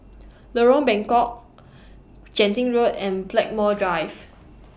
Lorong Bengkok Genting Road and Blackmore Drive